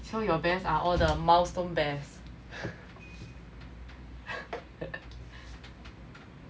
so your bears are all the milestone bears